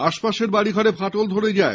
আশপাশের বাড়িঘরে ফাটল ধরে যায়